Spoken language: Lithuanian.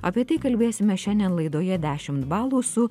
apie tai kalbėsime šiandien laidoje dešimt balų su